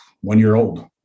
one-year-old